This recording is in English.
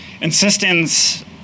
insistence